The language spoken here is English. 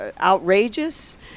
outrageous